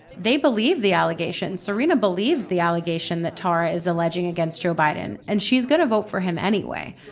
they believe the allegation. serena believes the allegation that tara is alleging against joe biden. and she's gonna vote for him anyway.